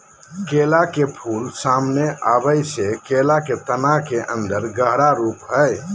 केला के फूल, सामने आबे से केला के तना के अन्दर गहरा रूप हइ